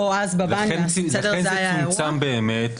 לכן זה צומצם באמת.